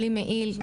בלי מעיל,